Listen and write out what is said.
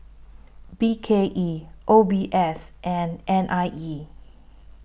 B K E O B S and N I E